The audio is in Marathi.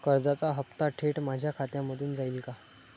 कर्जाचा हप्ता थेट माझ्या खात्यामधून जाईल का?